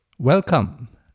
Welcome